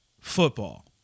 football